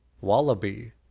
wallaby